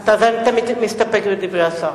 אתה מסתפק בדברי השר.